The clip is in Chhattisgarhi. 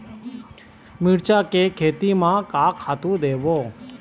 मिरचा के खेती म का खातू देबो?